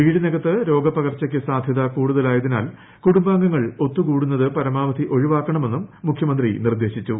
വീടിനകത്ത് രോഗപകർച്ചയ്ക്ക് സാധൃത കൂടുതലായതിനാൽ കുടുംബാംഗങ്ങൾ ഒത്ത് കൂടുന്നത് പരമാവധി ഒഴിവാക്കണമെന്നും മുഖ്യമന്ത്രി നിർദ്ദേശിച്ചു